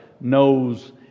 knows